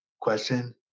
Question